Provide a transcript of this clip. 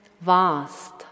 vast